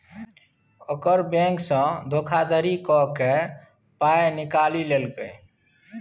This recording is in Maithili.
ओकर बैंकसँ धोखाधड़ी क कए पाय निकालि लेलकै